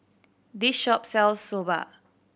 this shop sells Soba